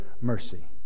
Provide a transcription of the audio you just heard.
mercy